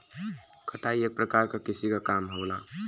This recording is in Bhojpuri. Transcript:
कटाई एक परकार क कृषि क काम होला